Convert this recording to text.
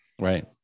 right